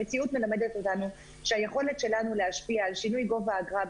המציאות מלמדת אותנו שהיכולת שלנו להשפיע על שינוי גובה האגרה,